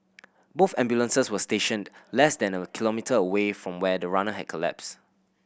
both ambulances were stationed less than a kilometre away from where the runner had collapsed